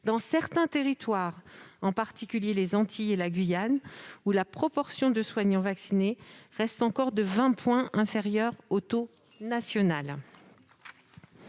dans certains territoires, en particulier les Antilles et la Guyane, où la proportion de soignants vaccinés est encore de vingt points inférieure au taux national.